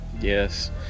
Yes